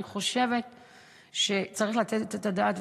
אני חושבת שצריך לתת את הדעת,